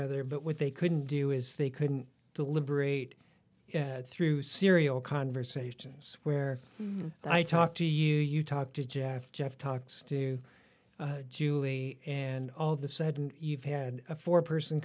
other but what they couldn't do is they couldn't deliberate through serial conversations where i talk to you you talk to jeff jeff talks to julie and all of the sudden you've had a four person